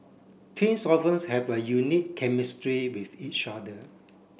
twins often have a unique chemistry with each other